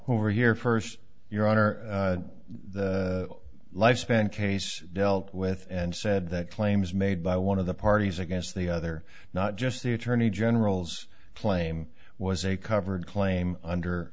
over here first your honor the lifespan case dealt with and said that claims made by one of the parties against the other not just the attorney generals plame was a covered claim under